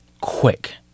quick